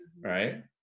right